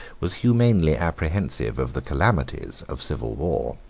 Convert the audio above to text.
was humanely apprehensive of the calamities, of civil war.